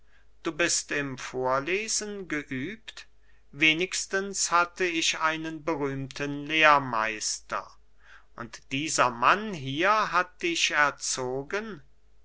du bist im vorlesen geübt wenigstens hatte ich einen berühmten lehrmeister und dieser mann hier hat dich erzogen